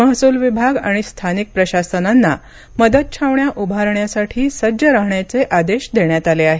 महसूल विभाग आणि स्थानिक प्रशासनांना मदत छावण्या उभारण्यासाठी सज्ज राहण्याचे आदेश देण्यात आले आहेत